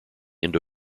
indo